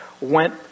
went